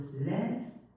less